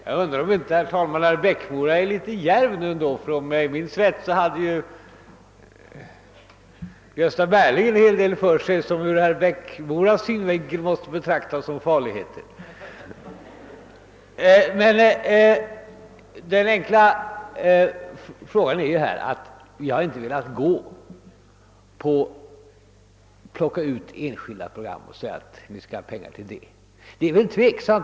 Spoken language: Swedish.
Herr talman! Jag undrar om inte herr Eriksson i Bäckmora är litet djärv nu. Om jag minns rätt, hade ju Gösta Berling en hel del för sig som ur herr Erikssons synvinkel måste betraktas som farligheter. Det enkla faktum är emellertid att vi inte har velat plocka ut enskilda program och ge pengar just till dem.